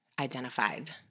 identified